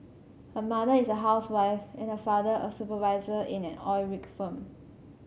her mother is a housewife and her father a supervisor in an oil rig firm